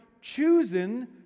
chosen